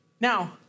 Now